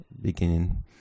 beginning